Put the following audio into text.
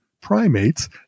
primates